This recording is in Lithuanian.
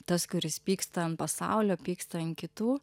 tas kuris pyksta an pasaulio pyksta an kitų